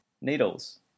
Needles